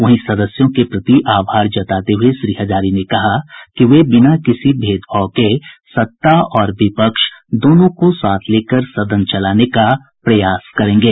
वहीं सदस्यों के प्रति आभार जताते हुए श्री हजारी ने कहा कि वे बिना किसी भेदभाव के सत्ता और विपक्ष दोनों को साथ लेकर सदन चलाने का प्रयास करेंगे